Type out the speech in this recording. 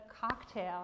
cocktail